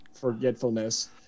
forgetfulness